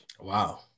Wow